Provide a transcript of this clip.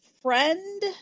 friend